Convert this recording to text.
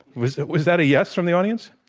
was was that a yes from the audience?